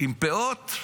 עם פאות?